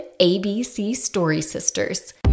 ABCSTORYSISTERS